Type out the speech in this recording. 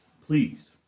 Please